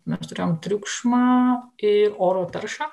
na mes turėjom triukšmą į oro taršą